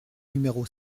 numéro